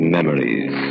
Memories